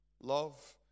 love